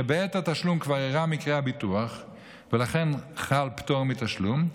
שבעת התשלום כבר אירע מקרה הביטוח ולכן חל פטור מתשלום,